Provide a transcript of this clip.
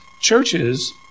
Churches